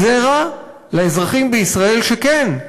כי זה הראה לאזרחים בישראל שכן,